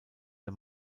der